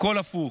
הכול הפוך.